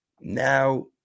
Now